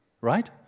Right